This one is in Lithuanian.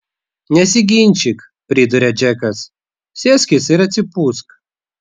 nesiginčyk priduria džekas sėskis ir atsipūsk